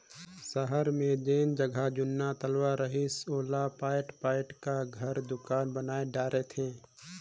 सहर मे जेन जग जुन्ना तलवा रहिस ओला पयाट पयाट क घर, दुकान बनाय डारे थे